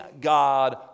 God